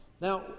Now